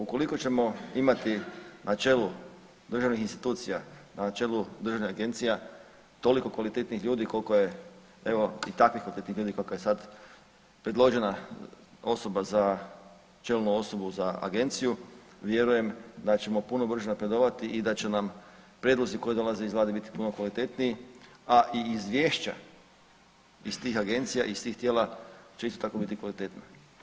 Ukoliko ćemo imati na čelu državnih institucija, na čelu državnih agencija toliko kvalitetnih ljudi koliko je evo i takvih … [[Govornik se ne razumije]] ljudi kako je sad predložena osoba za čelnu osobu za agenciju vjerujem da ćemo puno brže napredovati i da će nam prijedlozi koji dolaze iz vlade biti puno kvalitetniji, a i izvješća iz tih agencija i iz tih tijela će isto tako biti kvalitetna.